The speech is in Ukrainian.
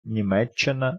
німеччина